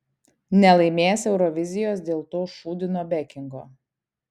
nelaimės eurovizijos dėl to šūdino bekingo